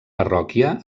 parròquia